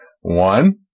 One